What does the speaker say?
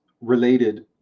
related